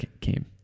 came